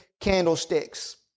candlesticks